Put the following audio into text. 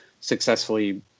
successfully